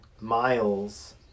miles